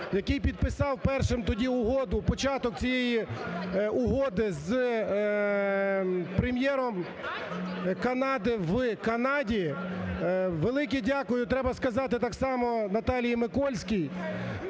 який підписав першим тоді угоду, початок цієї угоди, з Прем'єром Канади в Канаді. Велике дякую треба сказати так само Наталії Микольській.